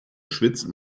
schwitzt